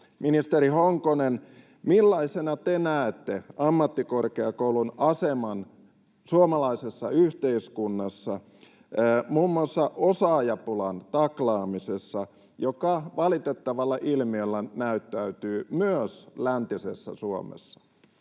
Ministeri Honkonen, millaisena te näette ammattikorkeakoulun aseman suomalaisessa yhteiskunnassa muun muassa osaajapulan taklaamisessa, joka valitettavana ilmiönä näyttäytyy myös läntisessä Suomessa?